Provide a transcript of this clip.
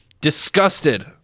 disgusted